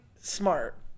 smart